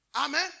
Amen